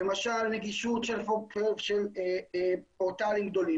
למשל נגישות של פורטלים גדולים,